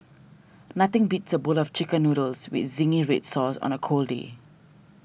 nothing beats a bowl of Chicken Noodles with Zingy Red Sauce on a cold day